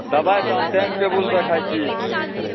दवाइ तऽ हम टाइम टेबुलसँ खाइ छी